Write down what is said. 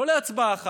לא להצבעה אחת,